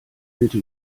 bitte